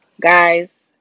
guys